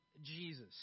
Jesus